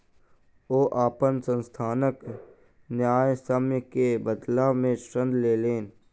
ओ अपन संस्थानक न्यायसम्य के बदला में ऋण लेलैन